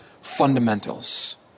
fundamentals